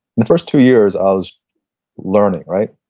the first two years i was learning right?